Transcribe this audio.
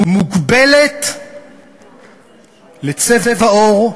מוגבלת לצבע עור,